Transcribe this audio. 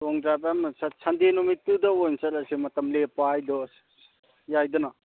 ꯂꯣꯡ drive ꯑꯃ Sunday ꯅꯨꯃꯤꯠꯇꯨꯗ ꯑꯣꯏꯅ ꯆꯠꯂꯁꯦ ꯃꯇꯝ ꯂꯦꯞꯄ ꯍꯥꯏꯗꯣ ꯌꯥꯏꯗꯅ